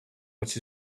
which